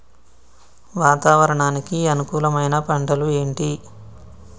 వాతావరణానికి అనుకూలమైన పంటలు ఏంటి?